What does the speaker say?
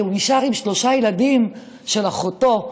כי הוא נשאר עם שלושה ילדים של אחותו,